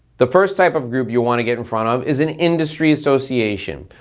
the first type of group you wanna get in front of is an industry association.